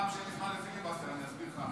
פעם, כשיהיה לי זמן לפיליבסטר, אני אסביר לך.